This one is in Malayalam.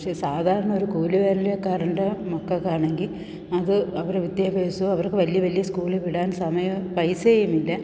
പക്ഷെ സാധാരണ ഒരു കൂലിവേലക്കാരന്റെ മക്കൾക്കാണെങ്കിൽ അത് അവരെ വിദ്യാഭ്യാസമോ അവർക്കു വലിയ വലിയ സ്കൂളിൽ വിടാൻ സമയമോ പൈസയുമില്ല